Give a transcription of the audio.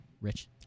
Rich